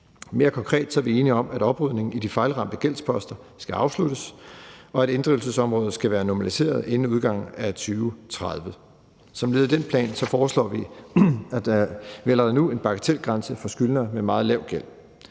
Mere konkret er vi enige om, at oprydningen i de fejlramte gældsposter skal afsluttes, og at inddrivelsesområdet skal være normaliseret inden udgangen af 2030. Som et led i den plan foreslår vi allerede nu en bagatelgrænse for skyldnere med meget lav gæld.